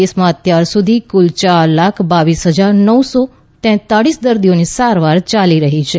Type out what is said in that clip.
દેશમાં અત્યાર સુધી કુલ ચાર લાખ બાવીસ ફજાર નવસો તેત્તાળીસ દર્દીઓની સારવાર ચાલી રહી છે